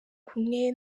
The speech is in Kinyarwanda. kumwe